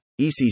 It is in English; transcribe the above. ECC